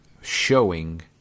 showing